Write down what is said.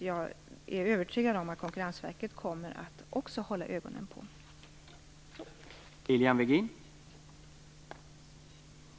Jag är övertygad om att Konkurrensverket också kommer att hålla ögonen på det här.